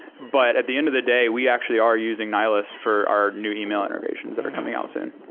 but at the end of the day we actually are using nihilist for our new email integrations that are coming out soon.